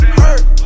hurt